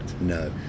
No